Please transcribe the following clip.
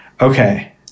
Okay